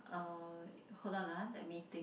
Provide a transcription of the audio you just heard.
uh hold on ah let me think